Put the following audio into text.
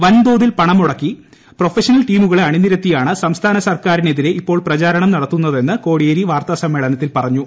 വൻതോതിൽ പണം മുടക്കി പ്രൊഫഷണൽ ടീമുകളെ അണിനിരത്തിയാണ് സംസ്ഥാന സർക്കാരിനെതിരെ ഇപ്പോൾ പ്രചാരണം നടത്തുന്നതെന്ന് കോടിയേരി വാർത്താസമ്മേളനത്തിൽ പറഞ്ഞു